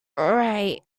right